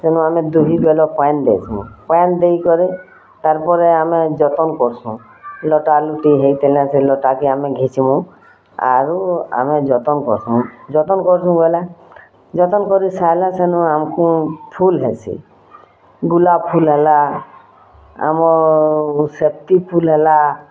ସେନ ଆମେ ଦୁହି ବେଲ ପାଏନ୍ ଦେସୁଁ ପାଏନ୍ ଦେଇକରି ତାର୍ ପରେ ଆମେ ଯତନ୍ କର୍ସୁଁ ଲଟା ଲୁଟି ହେଇଥିଲେ ସେ ଲଟାକେ ଆମେ ଘିଚମୁ ଆରୁ ଆମେ ଯତନ୍ କର୍ସୁଁ ଯତନ୍ କର୍ସୁଁ ବୋଇଲେ ଯତନ୍ କରିସାଏଲେ ସେନୁ ଆମ୍କୁ ଫୁଲ୍ ହେସି ଗୁଲାପ ଫୁଲ୍ ହେଲା ଆମର୍ ସେବ୍ତି ଫୁଲ୍ ହେଲା